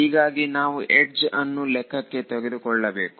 ಹೀಗಾಗಿ ನಾವು ಯಡ್ಜ್ ಅನ್ನು ಲೆಕ್ಕಕ್ಕೆ ತೆಗೆದುಕೊಳ್ಳಬೇಕು